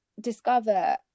discover